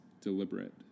deliberate